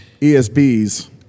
ESBs